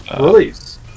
release